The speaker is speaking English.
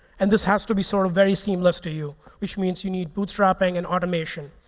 and this has to be sort of very seamless to you, which means you need bootstrapping and automation.